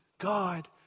God